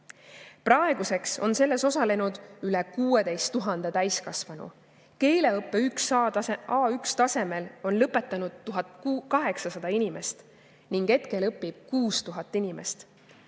Praeguseks on selles osalenud üle 16 000 täiskasvanu. Keeleõppe A1-tasemel on lõpetanud 1800 inimest ning hetkel õpib 6000 inimest.